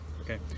Okay